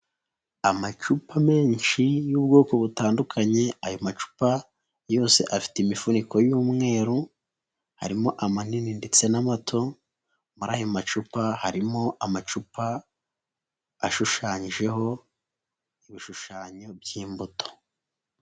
Amacupa menshi y'ubwoko butandukanye, ayo macupa yose afite imifuniko y'umweru, harimo amanini ndetse n'amato, muri ayo macupa harimo amacupa, ashushanyijeho ibishushanyo by'imbuto.